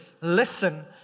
listen